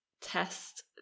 test